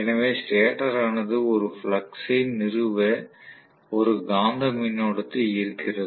எனவே ஸ்டேட்டர் ஆனது ஒரு ஃப்ளக்ஸ் ஐ நிறுவ ஒரு காந்த மின்னோட்டத்தை ஈர்க்கிறது